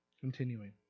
Continuing